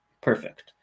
perfect